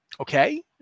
Okay